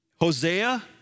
Hosea